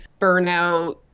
burnout